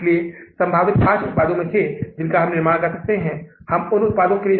तो हम इसे ब्याज के रूप में लौटा रहे हैं और यह राशि हम मूल के रूप में लौटा रहे हैं